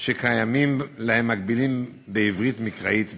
שקיימים להם מקבילים בעברית מקראית וקדומה.